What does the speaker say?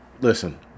listen